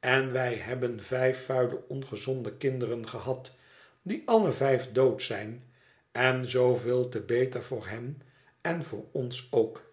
en wij hebben vijf vuile ongezonde kinderen gehad die alle vijf dood zijn en zooveel te beter voor hen en voor ons ook